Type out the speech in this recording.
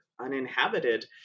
uninhabited